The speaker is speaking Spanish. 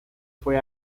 fue